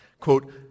quote